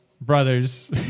Brothers